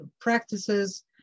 practices